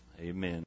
Amen